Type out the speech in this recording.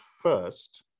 first